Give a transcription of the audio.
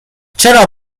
چرا